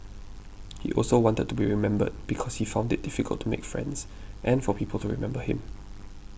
he also wanted to be remembered because he found it difficult to make friends and for people to remember him